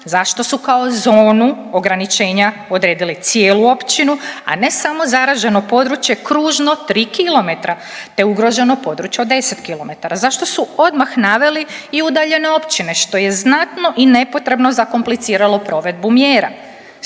zašto su kao zonu ograničenja odredili cijelu općinu, a ne samo zaraženo područje kružno 3 kilometra te ugroženo područje od 10 kilometara. Zašto su odmah naveli i udaljene općine što je znatno i nepotrebno zakompliciralo provedbu mjera.